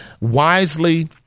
wisely